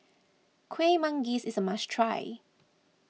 Kuih Manggis is a must try